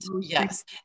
yes